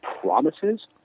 promises